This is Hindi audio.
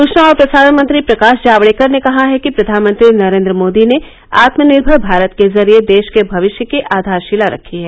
सूचना और प्रसारण मंत्री प्रकाश जावड़ेकर ने कहा है कि प्रधानमंत्री नरेन्द्र मोदी ने आत्मनिर्भर भारत के जरिये देश के भविष्य की आघारशिला रखी है